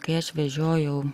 kai aš vežiojau